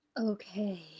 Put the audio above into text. okay